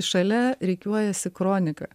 šalia rikiuojasi kronika